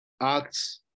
acts